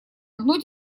одно